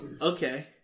Okay